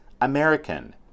AMERICAN